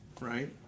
right